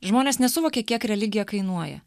žmonės nesuvokia kiek religija kainuoja